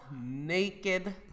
naked